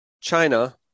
china